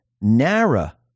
NARA